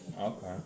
Okay